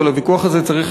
אבל הוויכוח הזה צריך